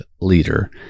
leader